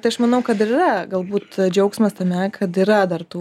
tai aš manau kad yra galbūt džiaugsmas tame kad yra dar tų